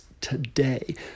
today